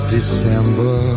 December